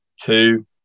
Two